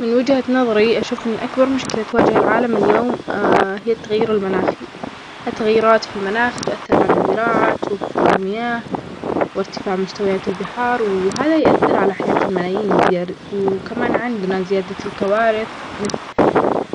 من وجهة نظري أشوف أن أكبر مشكلة تواجه العالم اليوم هي التغيير المناخي. التغييرات في المناخ تؤثر على الزراعة، توفر المياه، وارتفاع مستويات البحار، وهذا يؤثر على حياة الملايين الزيادة. وكمان عندنا زيادة الكوارث مثل